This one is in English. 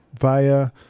via